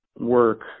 work